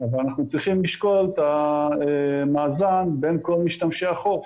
אבל אנחנו צריכים לשקול את המאזן בין כל משתמשי החוף,